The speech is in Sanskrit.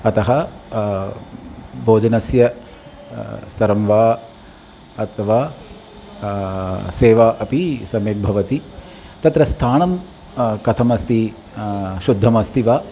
अतः भोजनस्य स्तरं वा अथवा सेवा अपि सम्यक् भवति तत्र स्थानं कथम् अस्ति शुद्धम् अस्ति वा